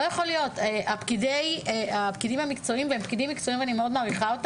הפקידים המקצועיים שאני מאוד מעריכה לא